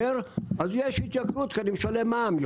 אז יש התייקרות כי אני משלם יותר מע"מ.